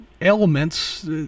elements